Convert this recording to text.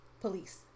police